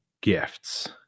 gifts